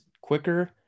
quicker